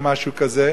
או משהו כזה,